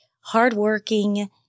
hardworking